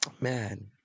man